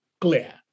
clear